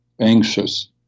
anxious